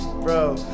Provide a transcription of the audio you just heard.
Bro